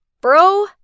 bro